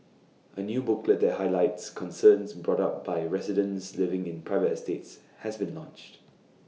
A new booklet that highlights concerns brought up by residents living in private estates has been launched